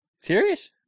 Serious